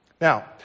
Now